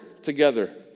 together